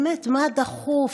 באמת, מה דחוף?